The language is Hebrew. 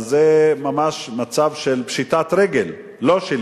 אז זה ממש מצב של פשיטת רגל, לא שלי,